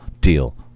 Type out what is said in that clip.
deal